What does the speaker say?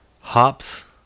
hops